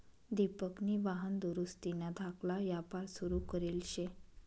दिपकनी वाहन दुरुस्तीना धाकला यापार सुरू करेल शे